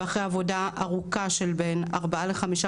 ואחרי עבודה ארוכה של בין ארבעה לחמישה